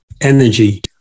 energy